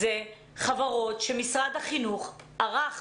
אלה חברות שזכו במכרז שמשרד החינוך ערך.